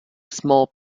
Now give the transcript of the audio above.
small